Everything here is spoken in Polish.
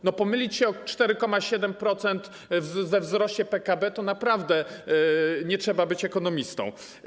Żeby pomylić się o 4,7% we wzroście PKB, to naprawdę nie trzeba być ekonomistą.